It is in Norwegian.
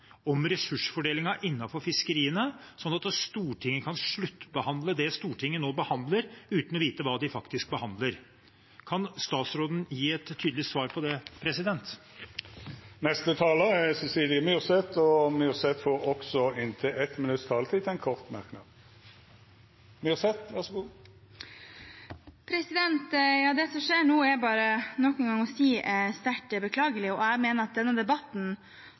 om ressursfordelingen innenfor fiskeriene, slik at Stortinget kan sluttbehandle det Stortinget nå behandler uten å vite hva vi faktisk behandler? Kan statsråden gi et tydelig svar på det? Representanten Cecilie Myrseth har hatt ordet to gonger tidlegare og får ordet til ein kort merknad, avgrensa til 1 minutt. Det som skjer nå, må jeg nok en gang si er sterkt beklagelig. Jeg mener at denne debatten